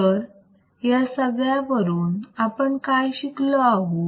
तर या सगळ्या वरून आपण काय शिकलो आहोत